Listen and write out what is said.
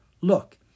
look